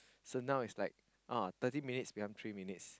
so now its like thirty minutes become three minutes